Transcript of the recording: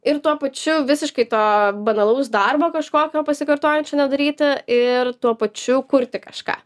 ir tuo pačiu visiškai to banalaus darbo kažkokio pasikartojančio nedaryti ir tuo pačiu kurti kažką